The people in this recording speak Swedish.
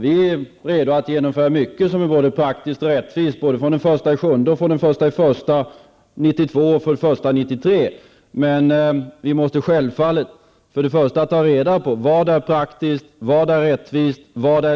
Vi är redo att genomföra mycket som är praktiskt och rättvist både från den 1 juli och från den 1 januari 1992 eller 1993. Men vi måste självfallet först ta reda på vad som är praktiskt, rättvist,